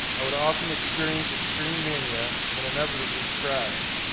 i would often experience extreme mania and then inevitably crash.